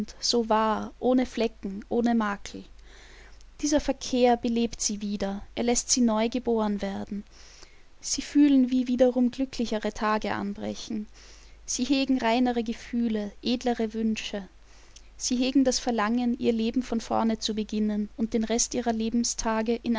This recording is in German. so wahr ohne flecken ohne makel dieser verkehr belebt sie wieder er läßt sie neu geboren werden sie fühlen wie wiederum glücklichere tage anbrechen sie hegen reinere gefühle edlere wünsche sie hegen das verlangen ihr leben von vorne zu beginnen und den rest ihrer lebenstage